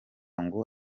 ngo